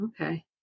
okay